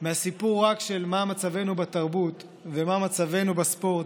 רק מהסיפור של מה מצבנו בתרבות ומה מצבנו בספורט,